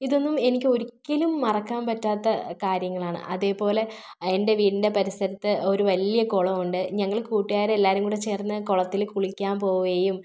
ഇതൊന്നും എനിക്ക് ഒരിക്കലും മറക്കാൻ പറ്റാത്ത കാര്യങ്ങളാണ് അതേപോലെ എൻ്റെ വീടിൻ്റെ പരിസരത്ത് ഒരു വലിയ കുളമുണ്ട് ഞങ്ങൾ കൂട്ടുകാർ എല്ലാവരും കൂടെ ചേർന്ന് കുളത്തിൽ കുളിക്കാൻ പോവുകയും